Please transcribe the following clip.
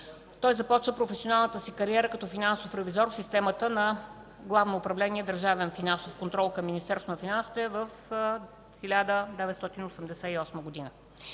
Започва професионалната си кариера като финансов ревизор в системата на Главно управление „Държавен финансов контрол” към Министерство на финансите през 1998 г.,